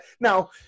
Now –